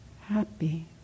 happy